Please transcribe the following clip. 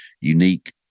unique